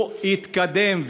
הוא התקדם,